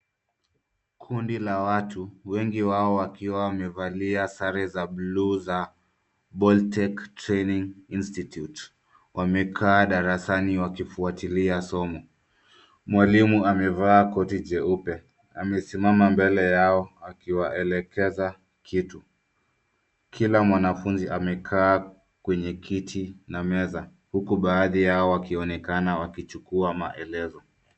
Kundi la watu wengi wao wakiwa wamevalia sare za bluu za Boltech Training Institute wamekaa darasani wakifuatilia somo. Mwalimu amevaa koti jeupe, amesimama mbele yao akiwaelekeza kitu. Kila mwanafunzi amekaa kwenye kiti na meza huku baadhi yao wakionekana wakichukua maelezo.